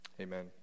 Amen